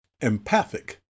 Empathic